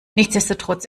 nichtsdestotrotz